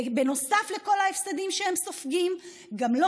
ובנוסף לכל ההפסדים שהם סופגים הם גם לא